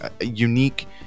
unique